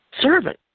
servant